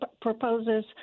proposes